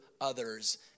others